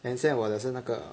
then 现在我的是那个